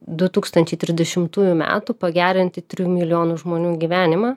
du tūkstančiai trisdešimtųjų metų pagerinti trijų milijonų žmonių gyvenimą